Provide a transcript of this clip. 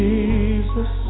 Jesus